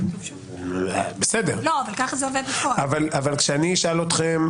אבל כשאני אשאל אתכם,